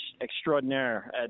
extraordinaire